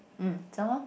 mm some more